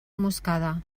moscada